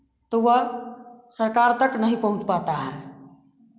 तो वह सरकार तक नहीं पहुँच पाता है